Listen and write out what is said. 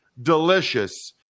Delicious